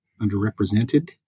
underrepresented